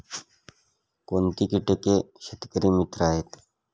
कोणती किटके शेतकरी मित्र आहेत?